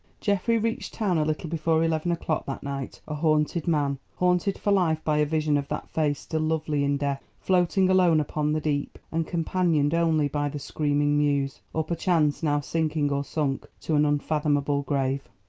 geoffrey reached town a little before eleven o'clock that night a haunted man haunted for life by a vision of that face still lovely in death, floating alone upon the deep, and companioned only by the screaming mews or perchance now sinking or sunk to an unfathomable grave.